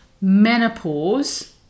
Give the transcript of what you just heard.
menopause